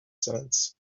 sands